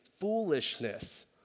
foolishness